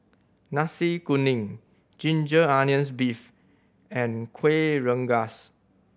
Nasi Kuning ginger onions beef and Kueh Rengas